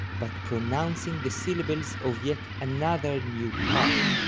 but pronouncing the syllables of yet another new part.